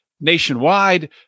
nationwide